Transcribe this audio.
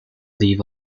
leave